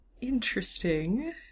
Interesting